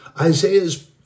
Isaiah's